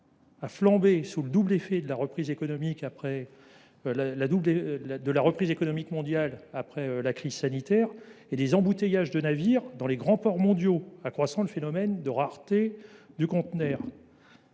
a flambé sous le double effet de la reprise économique mondiale après la crise sanitaire et des embouteillages de navires dans les grands ports mondiaux, accroissant le phénomène de rareté. Les